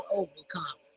overcome